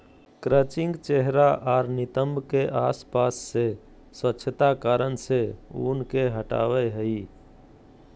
crutching चेहरा आर नितंब के आसपास से स्वच्छता कारण से ऊन के हटावय हइ